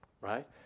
right